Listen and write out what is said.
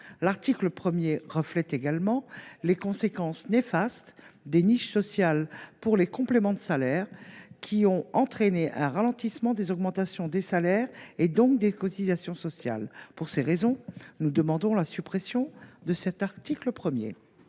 la TVA. Il reflète également les conséquences néfastes des niches sociales pour les compléments de salaires, qui ont entraîné un ralentissement des augmentations de salaires, donc des cotisations sociales. Pour ces raisons, nous demandons la suppression de l’article 1.